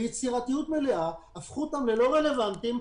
ביצירתיות מלאה והפכו אותם ללא רלוונטיים,